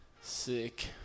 Sick